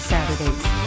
Saturdays